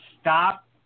stop